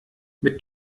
mit